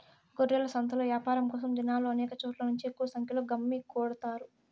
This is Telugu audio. గొర్రెల సంతలో యాపారం కోసం జనాలు అనేక చోట్ల నుంచి ఎక్కువ సంఖ్యలో గుమ్మికూడతారు